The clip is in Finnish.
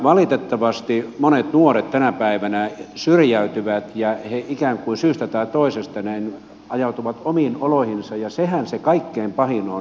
valitettavasti monet nuoret tänä päivänä syrjäytyvät ja he ikään kuin syystä tai toisesta ajautuvat omiin oloihinsa ja sehän se kaikkein pahin on